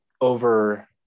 over